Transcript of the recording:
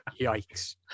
yikes